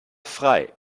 frei